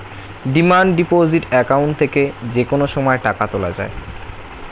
demand deposit account থেকে যে কোনো সময় টাকা তোলা যায়